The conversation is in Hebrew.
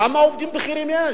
כמה עובדים בכירים יש?